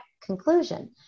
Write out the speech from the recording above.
conclusion